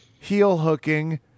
heel-hooking